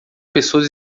pessoas